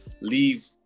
leave